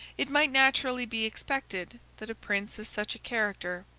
it might naturally be expected, that a prince of such a character,